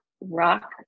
rock